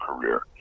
career